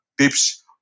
tips